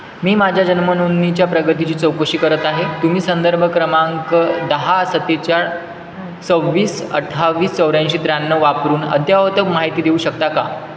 मी माझ्या जन्मनोंदणीच्या प्रगतीची चौकशी करत आहे तुम्ही संदर्भ क्रमांक दहा सत्तेचाळ सव्वीस अठ्ठावीस चौऱ्याऐंशी त्र्याण्णव वापरून अद्ययावत माहिती देऊ शकता का